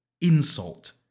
insult